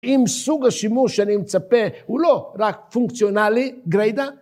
אם סוג השימוש אני מצפה הוא לא רק פונקציונלי גריידה